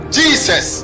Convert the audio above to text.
jesus